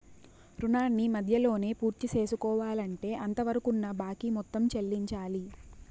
రుణాన్ని మధ్యలోనే పూర్తిసేసుకోవాలంటే అంతవరకున్న బాకీ మొత్తం చెల్లించాలి